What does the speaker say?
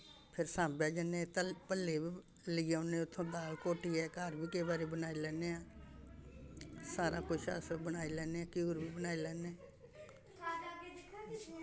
फिर साम्बे जन्ने तल भल्ले बी लेई औने उत्थूं दाल घोटियै घर बी केईं बारी बनाई लैन्ने आं सारा कुछ अस बनाई लैन्ने घ्यूर बी बनाई लैन्ने